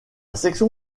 section